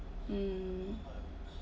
um